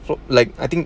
for like I think